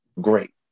Great